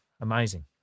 Amazing